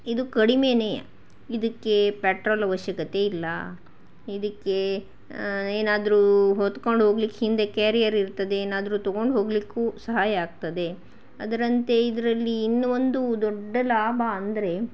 ಇದು ಕಡಿಮೆಯೇ ಇದಕ್ಕೆ ಪೆಟ್ರೋಲ್ ಅವಶ್ಯಕತೆ ಇಲ್ಲ ಇದಕ್ಕೆ ಏನಾದ್ರೂ ಹೊತ್ಕೊಂಡು ಹೋಗಲಿಕ್ಕೆ ಹಿಂದೆ ಕ್ಯಾರಿಯರ್ ಇರ್ತದೆ ಏನಾದರೂ ತೊಗೊಂಡು ಹೋಗಲಿಕ್ಕೂ ಸಹಾಯ ಆಗ್ತದೆ ಅದರಂತೆ ಇದರಲ್ಲಿ ಇನ್ನ ಒಂದು ದೊಡ್ಡ ಲಾಭ ಅಂದರೆ